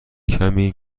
کمی